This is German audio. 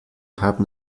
haben